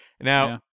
Now